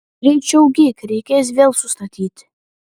greičiau gyk reikės vėl sustatyti